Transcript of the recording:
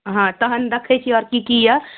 हँ तहन देखै छी आओर कि कि अइ